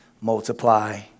multiply